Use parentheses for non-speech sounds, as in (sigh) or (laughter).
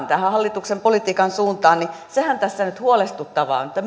(unintelligible) tähän hallituksen politiikan suuntaan niin sehän tässä nyt huolestuttavaa on että (unintelligible)